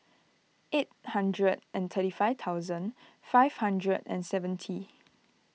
eight hundred and thirty five thousand five hundred and seventy